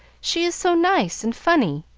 she is so nice and funny,